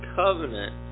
covenant